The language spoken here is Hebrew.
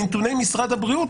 מנתוני משרד הבריאות,